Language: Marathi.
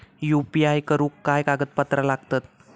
यू.पी.आय करुक काय कागदपत्रा लागतत?